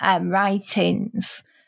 writings